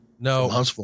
No